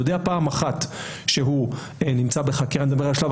הוא יודע פעם אחת הוא נמצא בחקירה